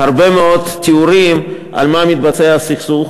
הרבה מאוד תיאורים על מה הסכסוך,